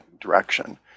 direction